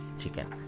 chicken